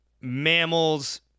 mammals